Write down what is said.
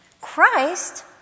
Christ